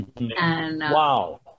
Wow